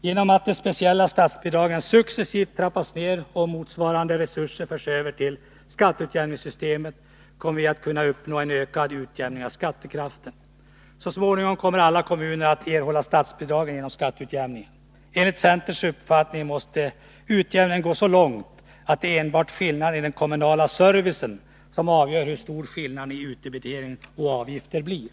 Genom att de speciella statsbidragen successivt trappas ner och motsvarande resurser förs över till skatteutjämningssystemet, kommer vi att kunna uppnå en ökad utjämning av skattekraften. Så småningom kommer alla kommuner att erhålla statsbidragen genom skatteutjämningen. Enligt centerns uppfattning måste utjämningen gå så långt, att det är enbart skillnader i den kommunala servicen som avgör hur stora skillnaderna i utdebitering och avgifter blir.